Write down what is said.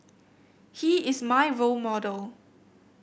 he is my role model